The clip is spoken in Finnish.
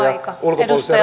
ulkopuolisen